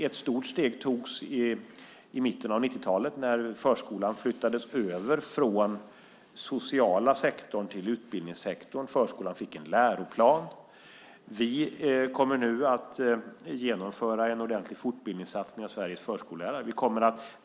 Ett stort steg togs i mitten av 90-talet när förskolan flyttades över från den sociala sektorn till utbildningssektorn. Förskolan fick en läroplan. Vi kommer nu att genomföra en ordentlig fortbildningssatsning för Sveriges förskollärare.